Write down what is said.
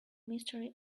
mystery